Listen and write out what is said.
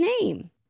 name